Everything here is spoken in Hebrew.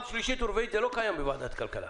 שלישית או רביעית זה לא קיים בוועדת הכלכלה.